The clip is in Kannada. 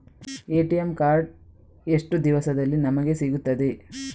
ಎ.ಟಿ.ಎಂ ಕಾರ್ಡ್ ಎಷ್ಟು ದಿವಸದಲ್ಲಿ ನಮಗೆ ಸಿಗುತ್ತದೆ?